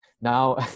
Now